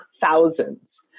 thousands